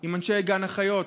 עם אנשי גן החיות.